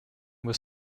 was